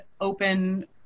open